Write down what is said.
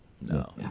no